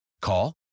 Call